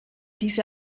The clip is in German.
diese